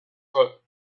foot